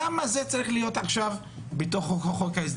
למה זה צריך להיות בחוק ההסדרים?